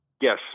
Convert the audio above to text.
Yes